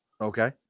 Okay